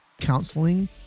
Counseling